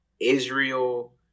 Israel